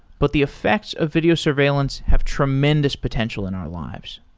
but the effects of video surveillance have tremendous potential in our lives.